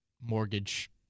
mortgage